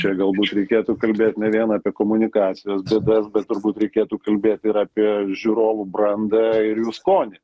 čia galbūt reikėtų kalbėt ne vien apie komunikacijos duobes bet turbūt reikėtų kalbėt ir apie žiūrovų brandą ir jų skonį